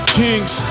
kings